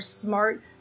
smart